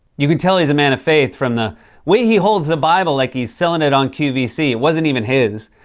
you can tell he's a man of faith from the way he holds the bible like he's selling it on qvc. it wasn't even his,